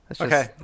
Okay